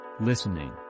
listening